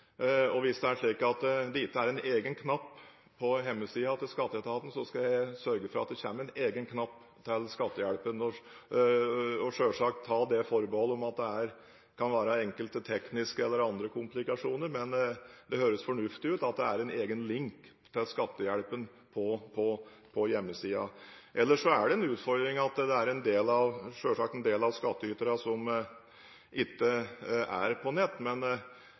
måte. Hvis det er slik at det ikke er en egen knapp på hjemmesiden til skatteetaten, skal jeg sørge for at det kommer en egen knapp til Skattehjelpen. Jeg må selvsagt ta det forbeholdet at det kan være enkelte tekniske eller andre komplikasjoner. Men det høres fornuftig ut at det er en egen link til Skattehjelpen på hjemmesiden. Ellers er det en utfordring at det selvsagt er en del av skattyterne som ikke er på nett, og vi må også prøve å nå dem på en god måte. Men